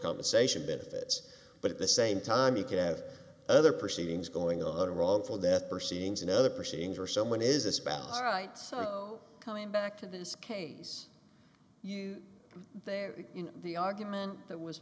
compensation benefits but at the same time you could have other proceedings going on wrongful death for seedings and other proceedings or someone is a spouse right so coming back to this case you there in the argument that was